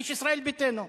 איש ישראל ביתנו,